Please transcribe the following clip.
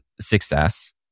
success